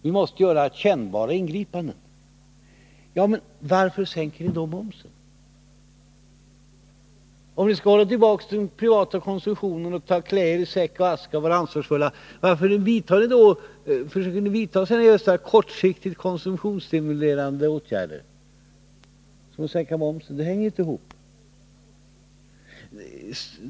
Vi måste göra kännbara ingripanden. Ja, men varför sänker ni då momsen? Om ni skall hålla tillbaka den privata konsumtionen och klä er i säck och aska och vara ansvarsfulla, varför vidtar ni då kortsiktigt konsumtionsstimulerande åtgärder som att sänka momsen? Det hänger inte ihop.